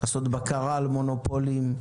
לעשות בקרה על מונופולים,